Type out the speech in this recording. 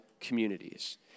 communities